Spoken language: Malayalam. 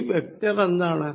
ഈ വെക്ടർ എന്താണ്